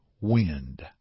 wind